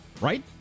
Right